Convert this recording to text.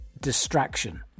distraction